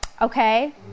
okay